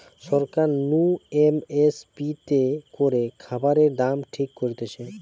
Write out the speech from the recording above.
সরকার নু M S P তে করে খাবারের দাম ঠিক করতিছে